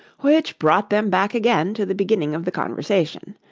which brought them back again to the beginning of the conversation.